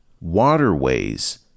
waterways